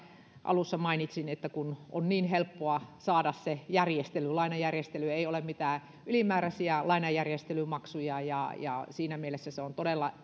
alussa mainitsin kun on niin helppoa saada se lainanjärjestely ei ole mitään ylimääräisiä lainanjärjestelymaksuja siinä mielessä se on todella